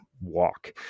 walk